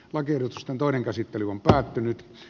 lakiehdotusten toinen käsittely on päättynyt